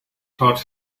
taught